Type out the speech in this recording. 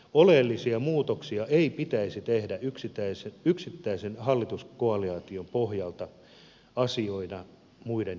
oleellisia muutoksia ei pitäisi tehdä yksittäisen hallituskoalition pohjalta asioina muiden joukossa